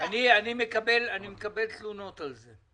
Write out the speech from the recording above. אני מקבל תלונות על זה.